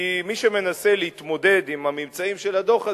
כי מי שמנסה להתמודד עם הממצאים של הדוח הזה,